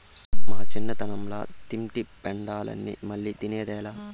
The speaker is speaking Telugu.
మా చిన్నతనంల తింటి పెండలాన్ని మల్లా తిన్నదేలా